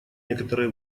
некоторые